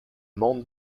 monde